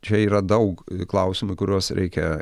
čia yra daug klausimų į kuriuos reikia